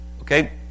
Okay